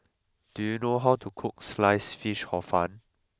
do you know how to cook Sliced Fish Hor Fun